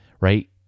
right